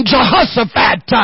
Jehoshaphat